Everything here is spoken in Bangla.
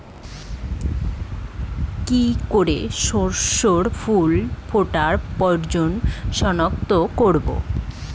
কি করে শস্যের ফুল ফোটার পর্যায় শনাক্ত করব?